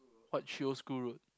what Chio School Road